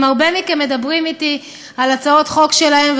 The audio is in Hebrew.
הרבה מכם גם מדברים אתי על הצעות חוק שלהם,